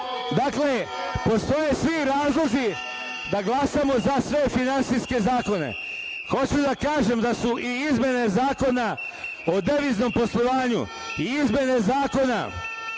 Dakle, postoje svi razlozi da glasamo za sve finansijske zakone. Hoću da kažem da su i izmene Zakona o deviznom poslovanju i izmene Zakona